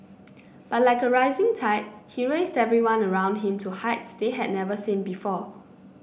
but like a rising tide he raised everyone around him to heights they had never seen before